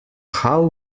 how